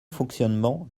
fonctionnement